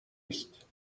است